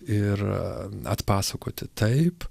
ir atpasakoti taip